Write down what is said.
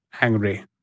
angry